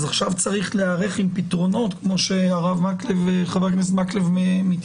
עכשיו צריך להיערך עם פתרונות כמו שאומר חבר הכנסת מקלב.